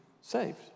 saved